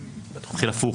אני אתחיל הפוך,